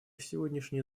сегодняшнее